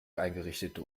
eingerichtete